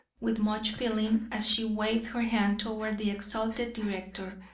with much feeling as she waved her hand toward the exalted director,